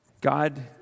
God